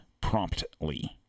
promptly